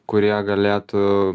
kurie galėtų